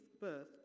birth